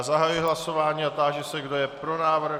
Zahajuji hlasování a táži se, kdo je pro návrh.